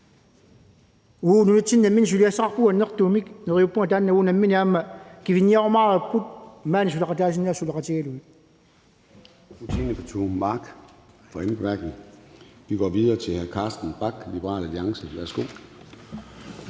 vi går videre til hr. Carsten Bach, Liberal Alliance. Værsgo.